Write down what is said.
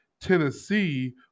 Tennessee